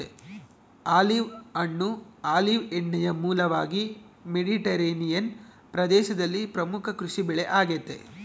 olive ಹಣ್ಣು olive ಎಣ್ಣೆಯ ಮೂಲವಾಗಿ ಮೆಡಿಟರೇನಿಯನ್ ಪ್ರದೇಶದಲ್ಲಿ ಪ್ರಮುಖ ಕೃಷಿಬೆಳೆ ಆಗೆತೆ